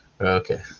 Okay